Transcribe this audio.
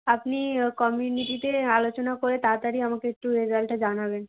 আপনি কমিউনিটিতে আলোচনা করে তাড়াতাড়ি আমকে একটু রেজাল্টটা জানাবেন